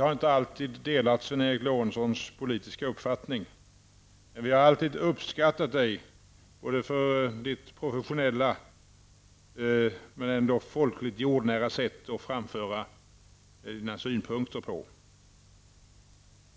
har inte alltid delat Sven Erik Lorentzons politiska uppfattning, men vi har alltid uppskattat honom för hans professionella men ändå folkligt jordnära sätt att framföra sina synpunkter.